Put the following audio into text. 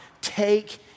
take